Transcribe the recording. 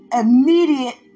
immediate